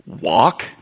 Walk